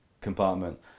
compartment